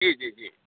जी जी जी जी